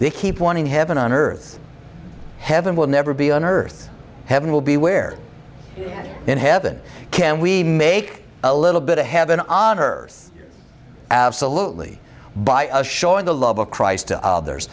they keep wanting heaven on earth heaven will never be on earth heaven will be where in heaven can we make a little bit a heaven on earth absolutely by showing the love of christ to others